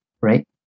right